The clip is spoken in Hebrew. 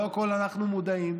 לא לכול אנחנו מודעים.